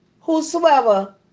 whosoever